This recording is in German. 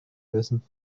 müssen